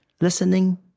listening